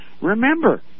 Remember